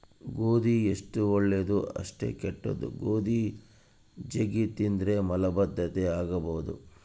ಗೋಧಿ ಎಷ್ಟು ಒಳ್ಳೆದೊ ಅಷ್ಟೇ ಕೆಟ್ದು, ಗೋಧಿ ಜಗ್ಗಿ ತಿಂದ್ರ ಮಲಬದ್ಧತೆ ಆಗಬೊದು